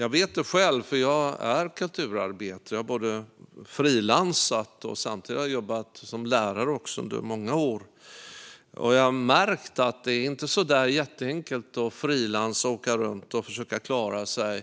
Jag vet det själv, för jag är kulturarbetare. Jag har frilansat och samtidigt jobbat som lärare under många år. Jag har märkt att det inte är så där jätteenkelt att som frilans åka runt och försöka klara sig